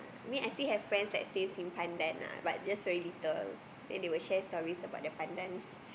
me I still have friends that stays in pandan ah but just very little then they will share story about their pandan